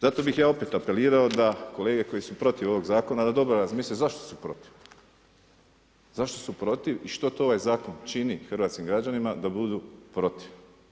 Zato bih ja opet apelirao da kolege koji su protiv ovog zakona da dobro razmisle zašto su protiv i što to ovaj zakon čini hrvatskim građanima da budu protiv.